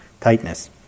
tightness